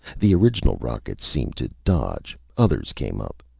the original rockets seemed to dodge. others came up.